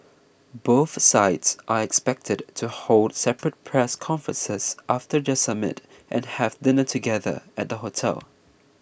both sides are expected to hold separate press conferences after their summit and have dinner together at the hotel